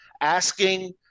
asking